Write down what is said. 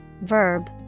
verb